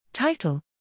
Title